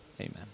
Amen